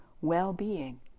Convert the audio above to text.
well-being